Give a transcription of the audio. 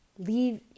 leave